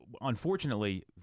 unfortunately